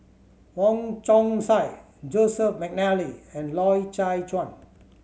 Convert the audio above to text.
Wong Chong Sai Joseph McNally and Loy Chye Chuan